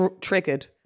triggered